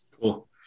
Cool